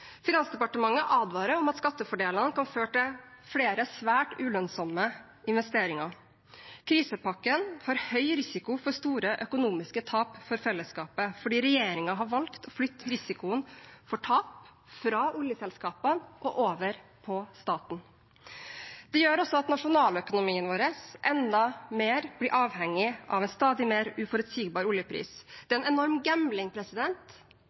Finansdepartementet advarer om at skattefordelene kan føre til flere svært ulønnsomme investeringer. Krisepakken har høy risiko for store økonomiske tap for fellesskapet fordi regjeringen har valgt å flytte risikoen for tap fra oljeselskapene og over på staten. Det gjør også at nasjonaløkonomien vår blir enda mer avhengig av en stadig mer uforutsigbar oljepris. Det er en enorm gambling